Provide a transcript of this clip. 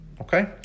Okay